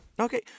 Okay